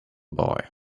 boy